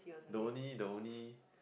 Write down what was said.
the only the only